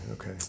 okay